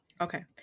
Okay